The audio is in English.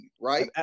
right